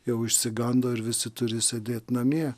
jau išsigando ir visi turi sėdėt namie